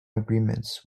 agreements